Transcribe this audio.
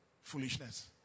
foolishness